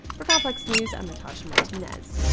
for complex news, i'm natasha martinez.